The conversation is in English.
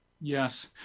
Yes